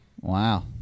wow